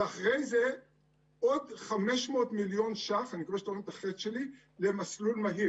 ואחרי זה עוד 500 מיליון שקלים למסלול מהיר.